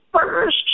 first